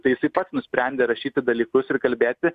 tai jisai pats nusprendė rašyti dalykus ir kalbėti